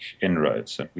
inroads